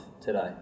today